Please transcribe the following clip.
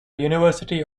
university